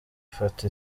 ifata